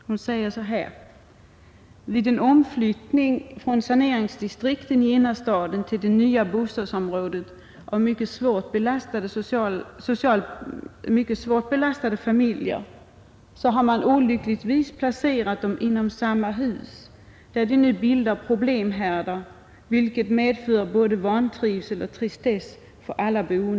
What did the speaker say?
Hon säger: ”Vid en omflyttning från saneringsdistrikten i innerstaden till det nya bostads området av svårt socialt belastade familjer har de olyckligtvis placerats inom samma hus, där de nu bildar problemhärdar, vilket medför vantrivsel och tristess.